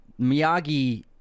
Miyagi